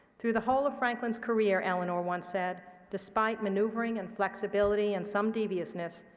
through the whole of franklin's career, eleanor once said, despite maneuvering and flexibility and some deviousness,